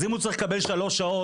אז אם הוא צריך לקבל שלוש שעות,